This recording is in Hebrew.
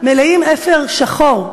מלאים אפר שחור.